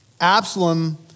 Absalom